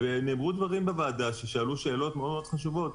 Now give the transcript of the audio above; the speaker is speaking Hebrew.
נאמרו דברים בוועדה כששאלו שאלות מאוד חשובות,